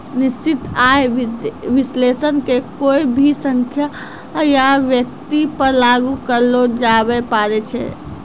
निश्चित आय विश्लेषण के कोय भी संख्या या व्यक्ति पर लागू करलो जाबै पारै छै